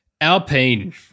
Alpine